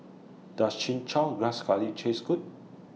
Does Chin Chow Grass Curry Taste Good